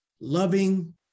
loving